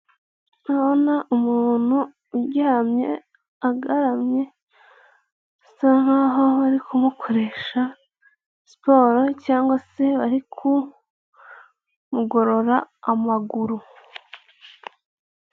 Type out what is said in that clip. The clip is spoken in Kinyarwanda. Ndabona umuntu uryamye agaramye, asa nkaho bari kumukoresha siporo cyangwa se bari kumugorora amaguru.